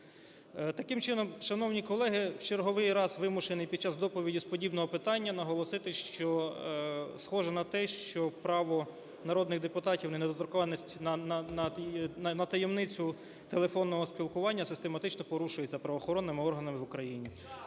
Таким чином, шановні колеги, в черговий раз вимушений під час доповіді з подібного питання наголосити, що схоже на те, що право народних депутатів недоторканності на таємницю телефонного спілкування систематично порушується правоохоронними органами в Україні.